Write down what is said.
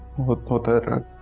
put it up.